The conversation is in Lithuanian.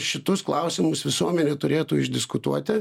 šituos klausimus visuomenė turėtų išdiskutuoti